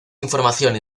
información